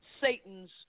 Satan's